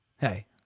hey